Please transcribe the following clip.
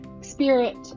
spirit